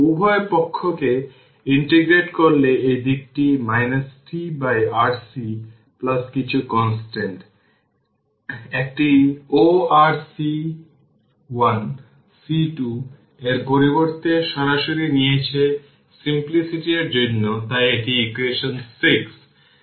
উভয় পক্ষকে ইন্টিগ্রেট করলে এই দিকটি tRC কিছু কনস্ট্যান্ট l একটি oRC1 C2 এর পরিবর্তে সরাসরি নিয়েছে সিম্প্লিসিটি এর জন্য তাই এটি হল ইকুয়েশন 6